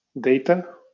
data